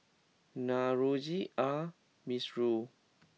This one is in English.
Navroji R Mistri